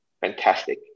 Fantastic